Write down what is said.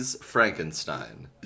frankenstein